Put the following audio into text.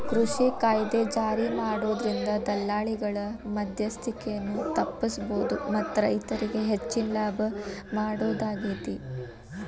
ಕೃಷಿ ಕಾಯ್ದೆ ಜಾರಿಮಾಡೋದ್ರಿಂದ ದಲ್ಲಾಳಿಗಳ ಮದ್ಯಸ್ತಿಕೆಯನ್ನ ತಪ್ಪಸಬೋದು ಮತ್ತ ರೈತರಿಗೆ ಹೆಚ್ಚಿನ ಲಾಭ ಮಾಡೋದಾಗೇತಿ